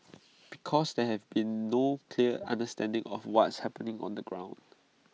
because there has been no clear understanding of what's happening on the ground